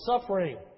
suffering